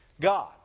God